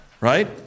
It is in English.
Right